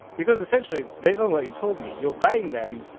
because essentially, based on what you told me, you're buying them,